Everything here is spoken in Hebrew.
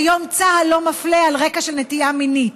כיום צה"ל לא מפלה על רקע נטייה מינית.